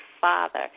father